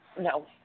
No